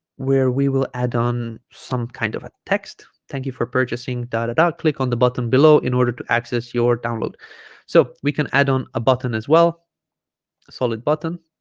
where we will add on some kind of a text thank you for purchasing ah click on the button below in order to access your download so we can add on a button as well a solid button